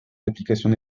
d’application